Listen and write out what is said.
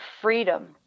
freedom